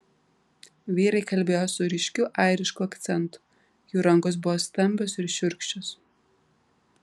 vyrai kalbėjo su ryškiu airišku akcentu jų rankos buvo stambios ir šiurkščios